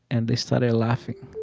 and they started laughing